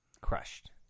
Crushed